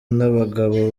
n’abagabo